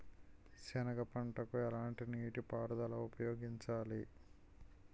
సెనగ పంటకు ఎలాంటి నీటిపారుదల ఉపయోగించాలి?